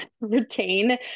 retain